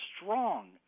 strong